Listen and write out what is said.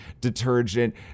detergent